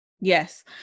Yes